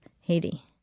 Haiti